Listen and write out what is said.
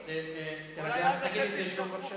חברת הכנסת תירוש, תגידי את זה שוב בבקשה,